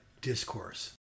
Discourse